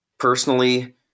Personally